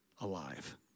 alive